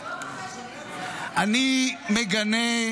--- אני מגנה,